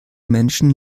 menschen